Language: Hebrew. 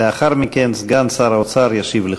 לאחר מכן סגן שר האוצר ישיב לכולם.